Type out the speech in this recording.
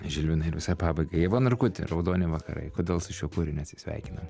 žilvinai ir visai pabaigai ieva narkutė raudoni vakarai kodėl su šiuo kūriniu atsisveikinam